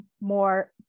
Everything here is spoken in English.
more